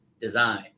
design